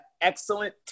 excellent